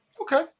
Okay